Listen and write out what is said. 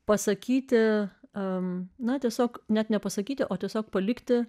pasakyti a na tiesiog net nepasakyti o tiesiog palikti